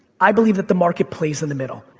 i believe that the market plays in the middle.